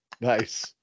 Nice